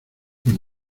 mis